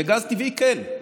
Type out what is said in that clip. מגז טבעי כן,